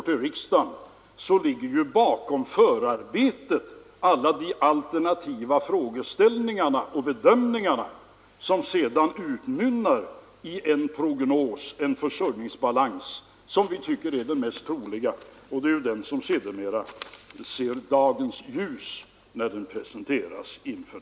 Men det är ett uttryck för hur situationen delvis kan vara. För järn-, ståloch metallverk ligger orderstocken 63 procent högre i dag än vad den gjorde för ett år sedan.